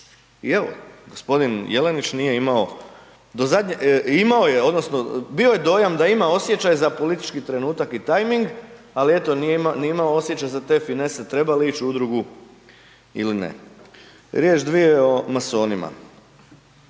imao je odnosno bio je dojam da ima osjećaj za politički trenutak i tajming, ali eto nije imao osjećaj za te finese treba li ići u udrugu ili ne. Riječ, dvije o masonima